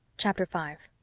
chapter five